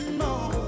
more